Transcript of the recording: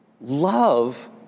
love